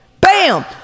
Bam